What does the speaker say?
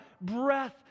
breath